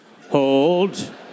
hold